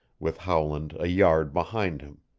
with howland a yard behind him,